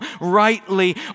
rightly